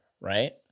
right